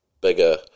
bigger